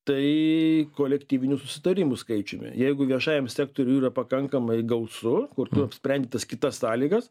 tai kolektyvinių susitarimų skaičiumi jeigu viešajam sektoriui yra pakankamai gausu kur tu apsprendi tas kitas sąlygas